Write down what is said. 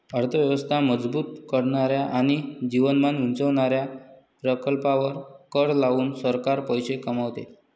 अर्थ व्यवस्था मजबूत करणाऱ्या आणि जीवनमान उंचावणाऱ्या प्रकल्पांवर कर लावून सरकार पैसे कमवते